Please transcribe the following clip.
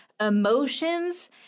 emotions